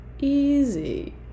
Easy